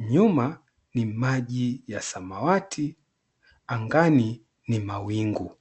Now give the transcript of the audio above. Nyuma ni maji ya samawati. Angani ni mawingu.